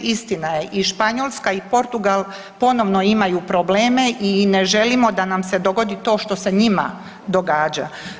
Istina je i Španjolska i Portugal ponovno imaju probleme i ne želimo da nam se dogodi to što se njima događa.